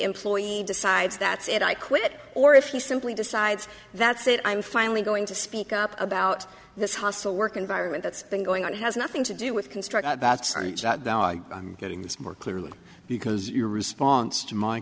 employee decides that's it i quit or if he simply decides that's it i'm finally going to speak up about this hostile work environment that's been going on has nothing to do with construct i'm getting this more clearly because your response to my